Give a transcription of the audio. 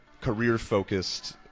career-focused